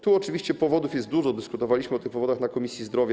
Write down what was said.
Tu oczywiście powodów jest dużo, dyskutowaliśmy o tych powodach w Komisji Zdrowia.